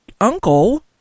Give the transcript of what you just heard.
uncle